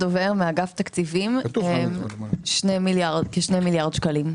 כ-2 מיליארד שקלים.